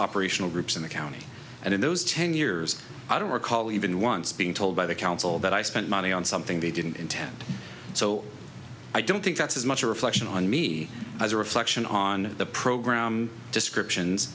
operational groups in the county and in those ten years i don't recall even once being told by the council that i spent money on something they didn't intend so i don't think that's as much a reflection on me as a reflection on the program descriptions